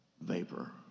Vapor